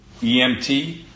EMT